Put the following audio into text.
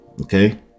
Okay